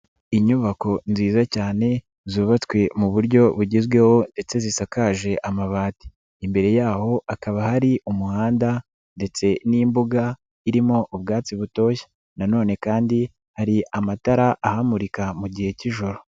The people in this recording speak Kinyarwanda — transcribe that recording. Inyubako nziza cyane, zubatswe mu buryo bugezweho ndetse zisakaje amabati. Imbere yaho hakaba hari umuhanda ndetse n'imbuga irimo ubwatsi butoshye. Na none kandi hari amatara ahamurika mu gihe k'ijoro.